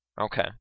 Okay